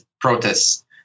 protests